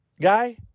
guy